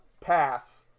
pass